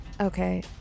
Okay